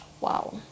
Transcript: Wow